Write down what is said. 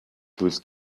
with